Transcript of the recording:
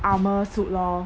armor suit lor